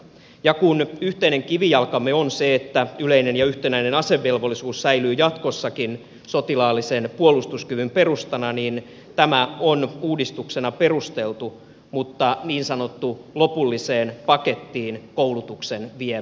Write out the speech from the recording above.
ja kun yhteinen kivijalkamme on se että yleinen ja yhtenäinen asevelvollisuus säilyy jatkossakin sotilaallisen puolustuskyvyn perustana niin tämä on uudistuksena perusteltu mutta niin sanottu lopulliseen pakettiin koulutuksen vievä uudistus